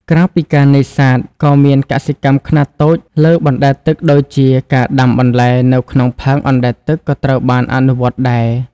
ក្រៅពីការនេសាទ ក៏មានកសិកម្មខ្នាតតូចលើបណ្ដែតទឹកដូចជាការដាំបន្លែនៅក្នុងផើងអណ្ដែតទឹកក៏ត្រូវបានអនុវត្តដែរ។